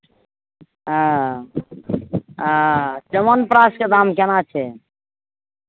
हँ हँ च्यवणप्राशके दाम केना छै